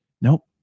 nope